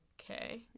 Okay